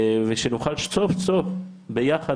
ושנוכל סוף סוף ביחד,